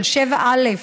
של 7א,